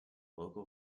local